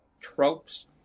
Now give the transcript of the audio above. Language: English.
tropes